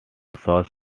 south